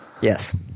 Yes